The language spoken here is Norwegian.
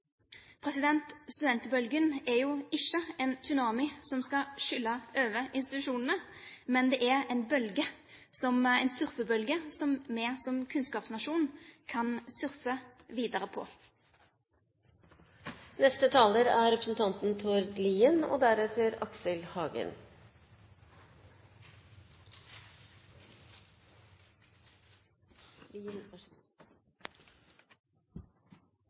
Studentbølgen er jo ikke en tsunami som skal skylle over institusjonene, men det er en surfebølge som vi som kunnskapsnasjon kan surfe videre